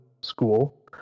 school